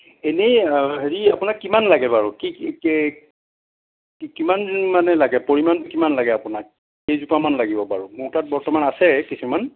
এনেই আ হেৰি আপোনাক কিমান লাগে বাৰু কিমান মানে লাগে পৰিমাণ কিমান লাগে আপোনাক কেইজোপামান লাগিব বাৰু মোৰ তাত আছে বৰ্তমান কিছুমান